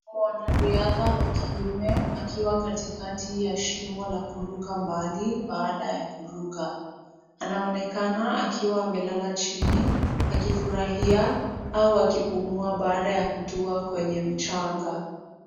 Mwanariadha wa kiume, akiwa katikati ya shimo la kuruka mbali. Baada ya kuruka anaonekana akiwa amelala chini, akifurahia au akipumua baada ya kutua kwenye mchanga.